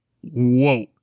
whoa